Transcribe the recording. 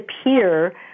appear